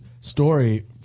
story